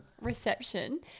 reception